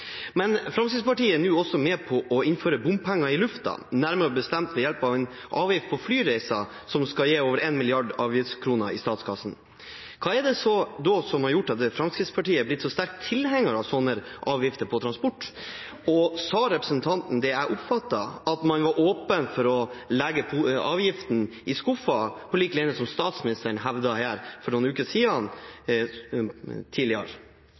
Men Fremskrittspartiet er nå også med på å innføre bompenger i luftfarten, nærmere bestemt ved hjelp av en avgift på flyreiser, som skal gi over 1 mrd. avgiftskroner til statskassen. Hva er det som har gjort at Fremskrittspartiet er blitt en så sterk tilhenger av slike avgifter på transport? Og: Sa representanten det jeg oppfattet, at man var åpen for å legge avgiften i skuffen, på lik linje som det statsministeren hevdet her for noen uker siden?